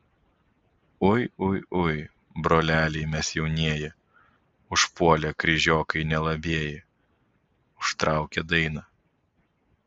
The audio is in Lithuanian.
ui ui ui broleliai mes jaunieji užpuolė kryžiokai nelabieji užtraukė dainą